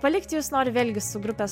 palikti jus noriu vėlgi su grupės